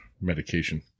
medication